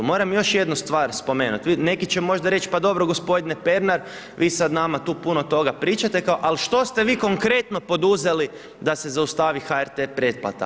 Moram još jednu stvar spomenuti, neki će možda reći, pa dobro gospodine Pernar vi sada nama puno toga pričate kao ali što ste vi konkretno poduzeli da se zaustavi HRT pretplata?